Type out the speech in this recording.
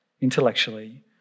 intellectually